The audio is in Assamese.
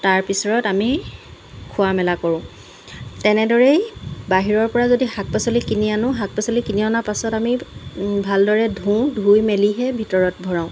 তাৰপিছৰত আমি খোৱা মেলা কৰোঁ তেনেদৰেই বাহিৰপৰা যদি শাক পাচলি কিনি আনোঁ শাক পাচলি কিনি অনা পাছত আমি ভালদৰে ধোওঁ ধুই মেলিহে ভিতৰত ভৰাওঁ